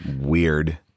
weird